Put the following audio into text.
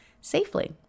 safely